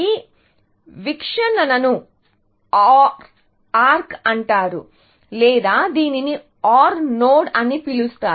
ఈ వీక్షణను OR arc అంటారు లేదా దీనిని OR నోడ్ అని పిలుస్తారు